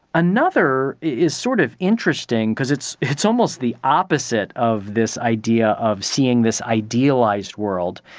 another is sort of interesting because it's it's almost the opposite of this idea of seeing this idealised world.